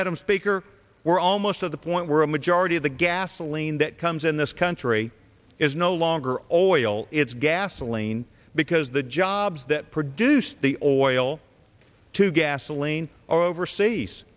from speaker we're almost at the point where a majority of the gasoline that comes in this country is no longer always will it's gasoline because the jobs that produce the oil to gasoline or overseas